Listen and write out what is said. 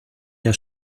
der